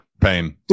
pain